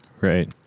Right